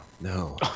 No